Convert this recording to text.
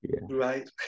Right